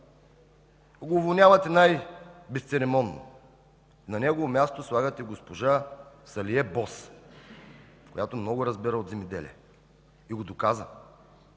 Уволнявате го най-безцеремонно, на негово място слагате госпожа Салие Боз, която много разбира от земеделие и го доказа